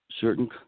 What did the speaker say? certain